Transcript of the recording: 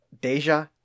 Deja